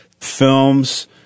films